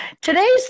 Today's